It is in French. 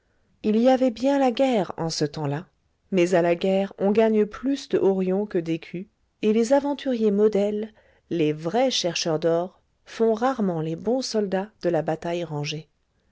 il y avait bien la guerre en ce temps-là mais à la guerre on gagne plus de horions que d'écus et les aventuriers modèles les vrais chercheurs d'or font rarement les bons soldats de la bataille rangée